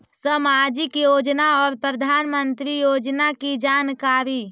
समाजिक योजना और प्रधानमंत्री योजना की जानकारी?